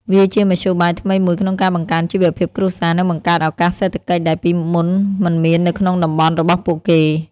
វាជាមធ្យោបាយថ្មីមួយក្នុងការបង្កើនជីវភាពគ្រួសារ និងបង្កើតឱកាសសេដ្ឋកិច្ចដែលពីមុនមិនមាននៅក្នុងតំបន់របស់ពួកគេ។